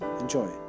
Enjoy